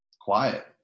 quiet